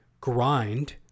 grind